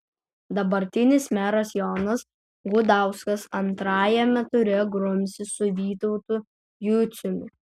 dabartinis meras jonas gudauskas antrajame ture grumsis su vytautu juciumi